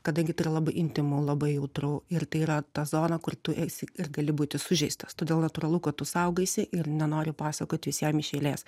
kadangi tai yra labai intymu labai jautru ir tai yra ta zona kur tu esi ir gali būti sužeistas todėl natūralu kad tu saugaisi ir nenori pasakot visiem iš eilės